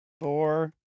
Four